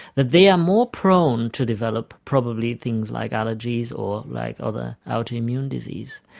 that they are more prone to develop probably things like allergies or like other autoimmune diseases.